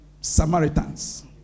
Samaritans